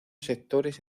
sectores